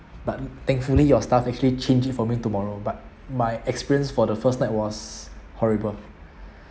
but thankfully your staff actually changed it for me tomorrow but my experience for the first night was horrible